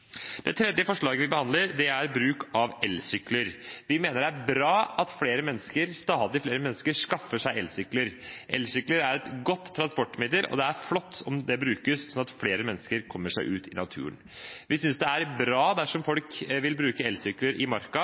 Det tredje forslaget vi behandler, er bruk av elsykler. Vi mener det er bra at stadig flere mennesker skaffer seg elsykler. Elsykler er et godt transportmiddel, og det er flott om den brukes sånn at flere mennesker kommer seg ut i naturen. Vi synes det er bra dersom folk vil bruke elsykler i Marka